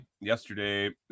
yesterday